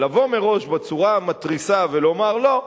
אבל לבוא מראש בצורה המתריסה ולומר: לא,